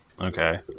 Okay